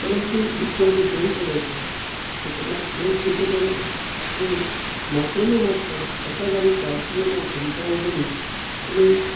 પરંતુ દુઃખ સાથે કહેવું પડે છે કે કેટલા પ્રેસ રિપોટરો એ માત્રને માત્ર સત્તાધારી પાર્ટીઓના ચમચાઓ બની અને